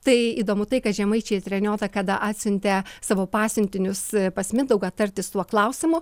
tai įdomu tai kad žemaičiai treniota kada atsiuntė savo pasiuntinius pas mindaugą tartis tuo klausimu